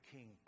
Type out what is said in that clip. King